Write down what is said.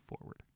forward